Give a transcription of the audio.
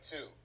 two